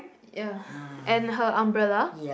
ya and her umbrella